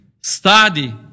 Study